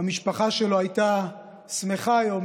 המשפחה שלו הייתה שמחה היום,